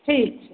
ठीक छै